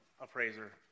appraiser